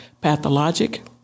pathologic